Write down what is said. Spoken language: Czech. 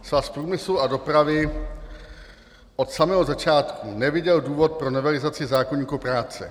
Svaz průmyslu a dopravy od samého začátku neviděl důvod pro novelizaci zákoníku práce.